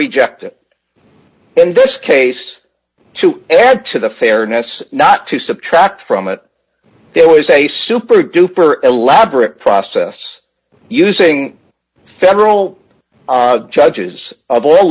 reject it in this case to add to the fairness not to subtract from it there was a super duper elaborate process using federal judges of all